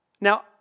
Now